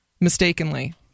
mistakenly